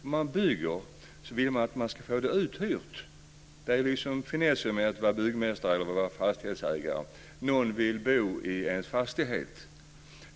Om man bygger vill man få det uthyrt. Det är finessen med att vara byggmästare eller fastighetsägare. Någon ska vilja bo i ens fastighet.